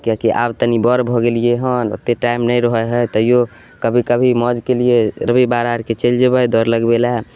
किएकि आब तनि बड़ भऽ गेलिए हँ ओतेक टाइम नहि रहै हइ तैओ कभी कभी मौज केलिए फिर भी बाहर आरके चलि जेबै दौड़ लगबैले